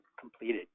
completed